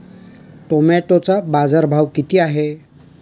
टोमॅटोचा बाजारभाव किती आहे?